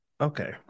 Okay